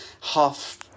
half